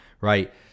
Right